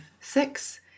six